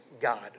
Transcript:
God